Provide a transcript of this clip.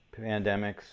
pandemics